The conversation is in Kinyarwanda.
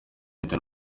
leta